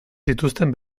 zituzten